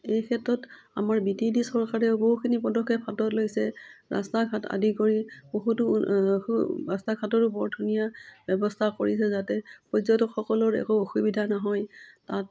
এই ক্ষেত্ৰত আমাৰ বি টি ডি চৰকাৰেও বহুখিনি পদক্ষেপ হাতত লৈছে ৰাস্তা ঘাট আদি কৰি বহুতো বহু ৰাস্তা ঘাটৰো বৰ ধুনীয়া ব্যৱস্থা কৰিছে যাতে পৰ্যটকসকলৰ একো অসুবিধা নহয় তাত